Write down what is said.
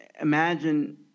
imagine